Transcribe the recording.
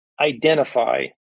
identify